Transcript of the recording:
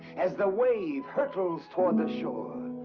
as the wave hurtles toward the shore,